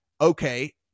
okay